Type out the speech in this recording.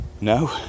no